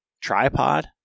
Tripod